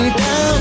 down